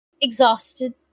exhausted